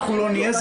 אנחנו לא נהיה,